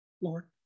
Lord